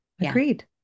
Agreed